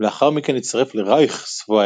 ולאחר מכן הצטרף לרייכסווהר,